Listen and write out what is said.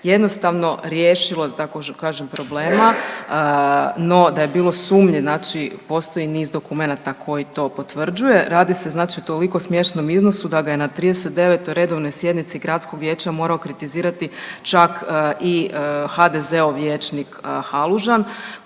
jednostavno riješilo, da tako kažem, problema, no, da je bilo sumnji, znači postoji niz dokumenata koji to potvrđuje. Radi se znači o toliko smiješnom iznosu da ga je na 39. redovnoj sjednici gradskog vijeća morao kritizirati čak i HDZ-ov vijećnik Halužan